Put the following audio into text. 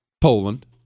Poland